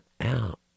out